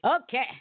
okay